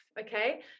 okay